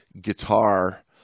guitar